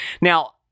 Now